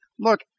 Look